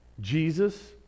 Jesus